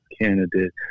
candidate